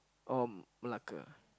or Malacca